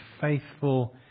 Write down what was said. faithful